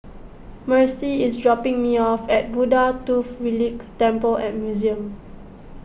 Mercy is dropping me off at Buddha Tooth Relic Temple and Museum